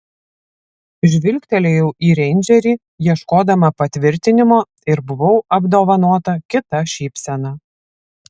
žvilgtelėjau į reindžerį ieškodama patvirtinimo ir buvau apdovanota kita šypsena